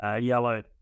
yellow